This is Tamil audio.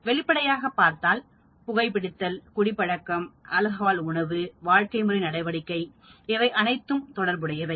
வெளிப்படையாக பார்த்தால் புகைபிடித்தல் குடிப்பழக்கம் ஆல்கஹால் உணவு வாழ்க்கை முறை நடவடிக்கைகள் இவை அனைத்தும் தொடர்புடையவை